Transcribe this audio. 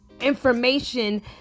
information